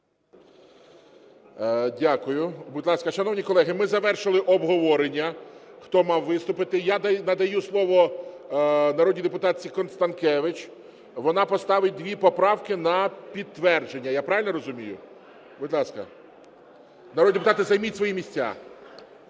Дякую. Будь ласка, Шановні колеги, ми завершили обговорення, хто мав виступити. Я надаю слово народній депутатці Констанкевич. Вона поставить дві поправки на підтвердження. Я правильно розумію? Будь ласка. Народні депутати займіть свої місця.